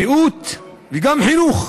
בריאות, וגם חינוך,